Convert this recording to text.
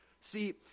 See